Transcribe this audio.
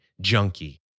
junkie